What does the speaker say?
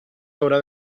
haurà